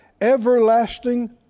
everlasting